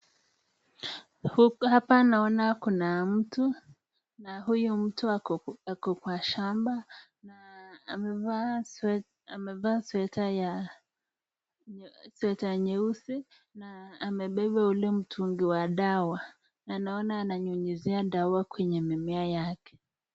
Hapa naona kuna mtu na huyu mtu ako kwa shamba na amevaa sweta ya, sweta nyeusi na amebeba ule mtungi wa dawa na naona ananyunyizia dawa kwenye mimea yake.